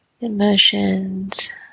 emotions